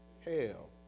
hell